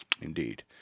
Indeed